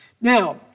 Now